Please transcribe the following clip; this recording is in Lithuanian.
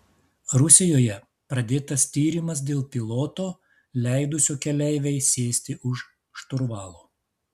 rusijoje pradėtas tyrimas dėl piloto leidusio keleivei sėsti už šturvalo